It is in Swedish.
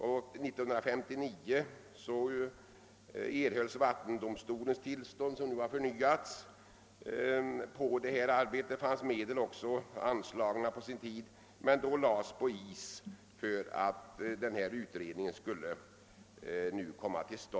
År 1959 erhölls vattendomstolens tillstånd — som nu har förnyats — att utföra arbetet, och det fanns även medel anslagna, men då lades arbetena på is för att en utredning skulle göras.